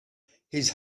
his